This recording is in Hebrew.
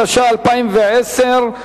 התש"ע 2010,